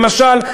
למשל,